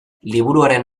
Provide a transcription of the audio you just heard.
liburuaren